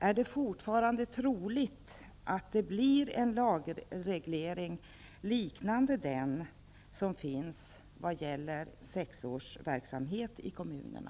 Är det fortfarande troligt att det blir en lagreglering liknande den som finns vad gäller 6-åringarna, alltså en skyldighet för kommunerna?